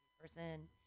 person